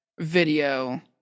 video